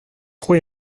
trop